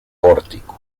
pórtico